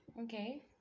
Okay